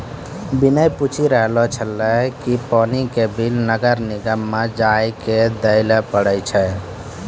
विनय पूछी रहलो छै कि पानी के बिल नगर निगम म जाइये क दै पड़ै छै?